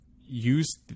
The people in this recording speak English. use